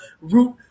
root